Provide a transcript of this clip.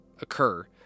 occur